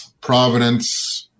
Providence